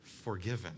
forgiven